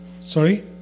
sorry